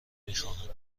میخواهند